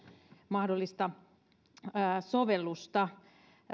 mahdollista sovellusta